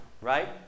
right